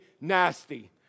nasty